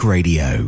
Radio